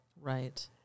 right